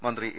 മന്ത്രി എ